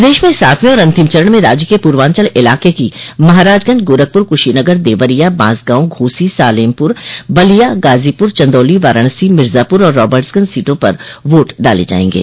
प्रदेश में सातवें और अंतिम चरण में राज्य के पूर्वांचल इलाके की महाराजगंज गोरखपुर कुशीनगर देवरिया बांसगांव घोसी सालेमपुर बलिया गाजीपुर चंदौली वाराणसी मिर्जापुर और रॉबर्टगंज सीटों पर वोट डाले जायेंगे